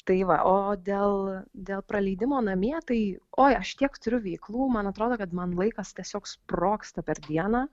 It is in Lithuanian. tai va o dėl dėl praleidimo namie tai oi aš tiek turiu veiklų man atrodo kad man laikas tiesiog sprogsta per dieną